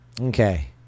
okay